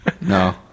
No